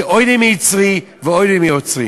אוי לי מיצרי ואוי לי מיוצרי.